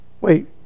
Wait